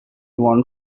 one